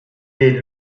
est